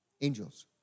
Angels